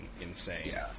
insane